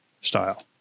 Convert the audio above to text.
style